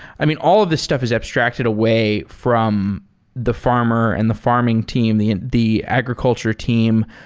i mean, all of this stuff is abstracted away from the farmer and the farming team, the the agriculture team,